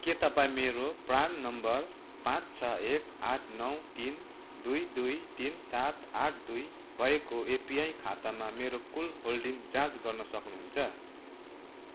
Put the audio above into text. के तपाईँँ मेरो प्रान नम्बर पाचँ छ एक आठ नौ तिन दुई दुई तिन सात आठ दुई भएको एपिवाई खातामा मेरो कुल होल्डिङ जाँच गर्न सक्नुहुन्छ